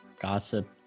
gossip